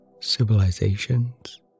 civilizations